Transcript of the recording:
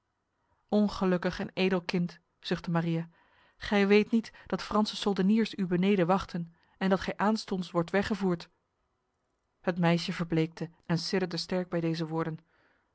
ongelukkig en edel kind zuchtte maria gij weet niet dat franse soldeniers u beneden wachten en dat gij aanstonds wordt weggevoerd het meisje verbleekte en sidderde sterk bij deze woorden